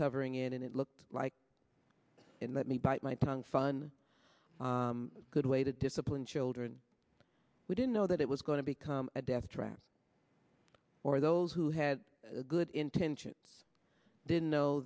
covering it and it looked like in that me bite my tongue fun good way to discipline children we didn't know that it was going to become a death trap for those who had good intentions didn't know